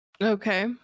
Okay